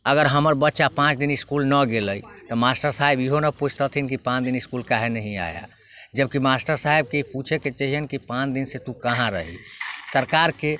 अगर हमर बच्चा पाँच दिन इसकुल नहि गेलै तऽ मास्टर साहब इहो नहि पुछथिन की पाँच दिन इसकुल काहे नहीं आया जबकि मास्टर साहबके पूछैके चाहिअनि कि पाँच दिनसँ तू कहाँ रही सरकारके